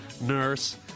nurse